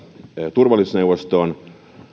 turvallisuusneuvostoon